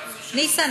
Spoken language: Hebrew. ניסן,